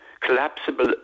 collapsible